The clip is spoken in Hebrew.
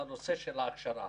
הנושא של ההכשרה.